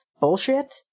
Bullshit